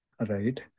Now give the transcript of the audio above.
Right